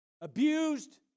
abused